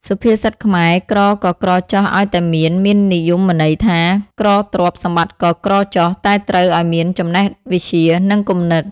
សុភាសិតខ្មែរ ក្រក៏ក្រចុះឲ្យតែមាន មាននិយមន័យថា ក្រទ្រព្យសម្បត្តិក៏ក្រចុះ តែត្រូវអោយមានចំណេះវិជ្ជា និងគំនិត ។